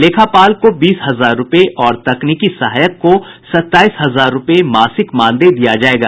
लेखापाल को बीस हजार रूपये और तकनीकी सहायक को सत्ताईस हजार रूपये मासिक मानदेय दिया जायेगा